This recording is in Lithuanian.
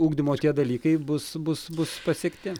ugdymo tie dalykai bus bus bus pasiekti